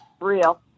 Real